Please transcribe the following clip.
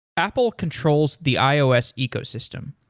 apple controls the ios ecosystem.